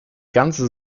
ganze